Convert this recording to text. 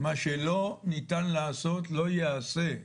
מה שלא ניתן לעשות לא ייעשה.